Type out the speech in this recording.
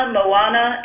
Moana